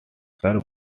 served